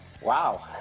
Wow